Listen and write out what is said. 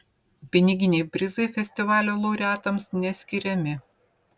piniginiai prizai festivalio laureatams neskiriami